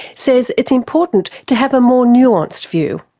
says it's important to have a more nuanced view.